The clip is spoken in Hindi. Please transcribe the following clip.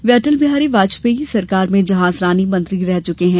वे अटल बिहारी वाजपेयी सरकार में जहाजरानी मंत्री रह चुके हैं